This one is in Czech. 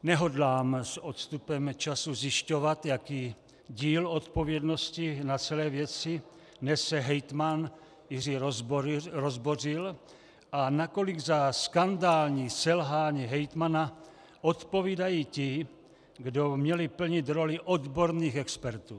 Nehodlám s odstupem času zjišťovat, jaký díl odpovědnosti na celé věci nese hejtman Jiří Rozbořil a nakolik za skandální selhání hejtmana odpovídají ti, kdo měli plnit roli odborných expertů.